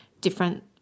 different